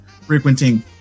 frequenting